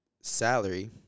salary